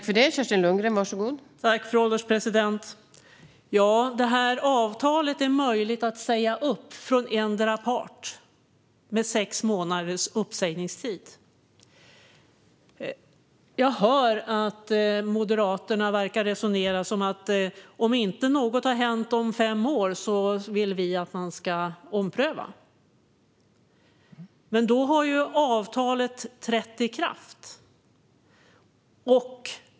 Fru ålderspresident! Detta avtal är möjligt att säga upp från endera parten med sex månaders uppsägningstid. Jag hör att Moderaterna verkar resonera som att om inte något har hänt om fem år vill de att detta ska omprövas. Men då har avtalet trätt i kraft.